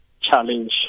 challenge